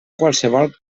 qualssevol